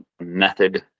method